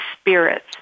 spirits